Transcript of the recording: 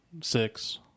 Six